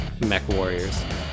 MechWarriors